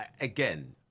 again